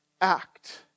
act